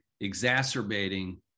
exacerbating